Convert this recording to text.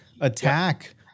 attack